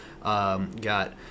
Got